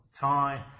tie